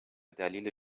دلیل